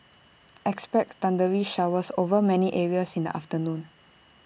expect thundery showers over many areas in the afternoon